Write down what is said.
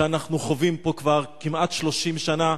שאנחנו חווים פה כבר כמעט 30 שנה,